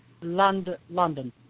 london